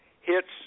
hits